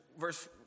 verse